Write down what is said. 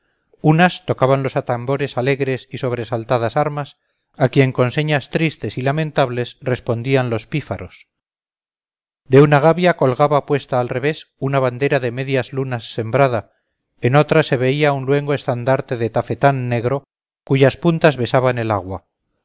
unas tocaban los atambores alegres y sobresaltadas armas a quien con señas tristes y lamentables respondían los pífaros de una gavia colgaba puesta al revés una bandera de medias lunas sembrada en otra se veía un luengo estandarte de tafetán negro cuyas puntas besaban el agua